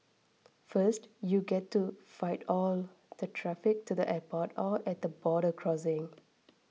first you get to fight all the traffic to the airport or at the border crossing